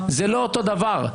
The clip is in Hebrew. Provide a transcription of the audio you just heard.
זה לא אותו דבר,